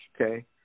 Okay